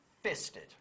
fisted